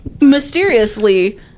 mysteriously